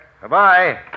Goodbye